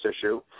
issue